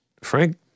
Frank